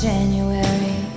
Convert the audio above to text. January